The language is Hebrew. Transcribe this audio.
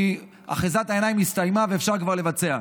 כי אחיזת העיניים הסתיימה ואפשר כבר לבצע.